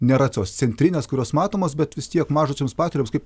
nėra tos centrinės kurios matomos bet vis tiek mažosioms partijoms kaip